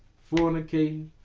fornicating.